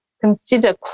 consider